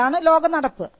അതാണ് ലോക നടപ്പ്